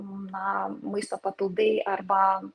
na maisto papildai arba